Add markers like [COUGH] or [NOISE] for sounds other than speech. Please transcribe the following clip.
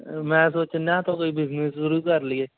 ਮੈਂ ਸੋਚਣ ਡਿਆਂ [UNINTELLIGIBLE] ਕੋਈ ਬਿਜ਼ਨਸ ਸ਼ੁਰੂ ਕਰ ਲਈਏ